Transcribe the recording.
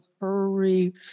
hurry